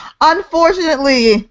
Unfortunately